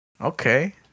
Okay